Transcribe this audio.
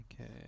Okay